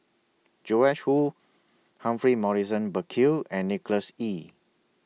Joash Moo Humphrey Morrison Burkill and Nicholas Ee